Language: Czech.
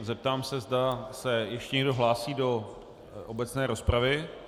Zeptám se, zda se ještě někdo hlásí do obecné rozpravy.